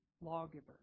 lawgiver